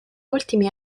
ultimi